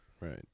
Right